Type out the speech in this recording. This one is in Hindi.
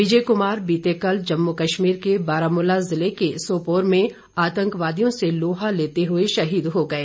विजय कुमार बीते कल जम्मू कश्मीर के बारामुला जिले के सोपोर में आतंकवादियों से लोहा लेते हुए शहीद हो गए